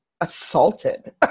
assaulted